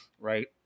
Right